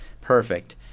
perfect